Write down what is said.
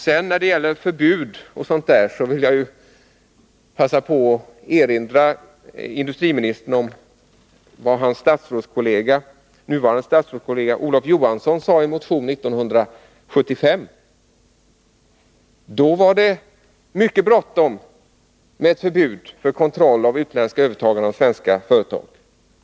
När det sedan gäller förbud vill jag passa på att erinra industriministern om vad hans nuvarande statsrådskollega Olof Johansson framhöll i en motion år 1975. Då var det mycket bråttom med förbud och kontroll av utländskt övertagande av svenska företag.